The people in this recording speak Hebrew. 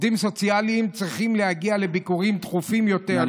עובדים סוציאליים צריכים להגיע לביקורים תכופים יותר,